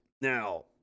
Now